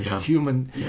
human